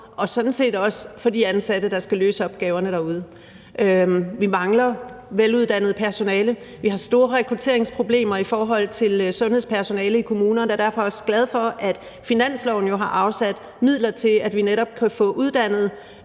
og sådan set også for de ansatte, der skal løse opgaverne derude. Vi mangler veluddannet personale. Vi har store rekrutteringsproblemer i forhold til sundhedspersonale i kommunerne, og vi er derfor også glade for, at finansloven har afsat midler til, at vi netop kan få uddannet